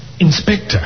Inspector